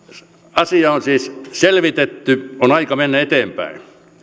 asia on siis selvitetty on aika mennä eteenpäin